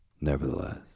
Nevertheless